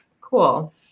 cool